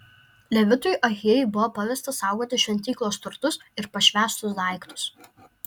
levitui ahijai buvo pavesta saugoti šventyklos turtus ir pašvęstus daiktus